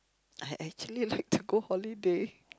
I I actually like to go holiday